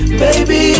baby